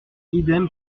idem